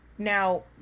Now